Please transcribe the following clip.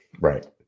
right